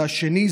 והשני,